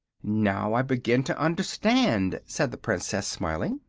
now i begin to understand, said the princess, smiling.